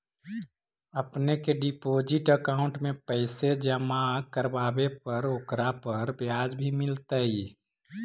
अपने के deposit account में पैसे जमा करवावे पर ओकरा पर ब्याज भी मिलतई